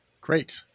Great